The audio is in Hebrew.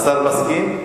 מסכים?